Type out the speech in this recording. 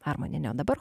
armoniene o dabar